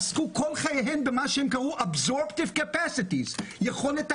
עסקו כל חייהם במה שהן קראו בשם: יכולת ההכלה.